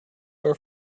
are